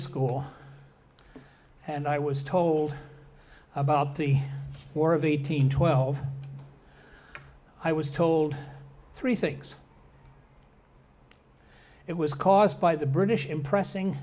school and i was told about the war of eighteen twelve i was told three six it was caused by the british impressing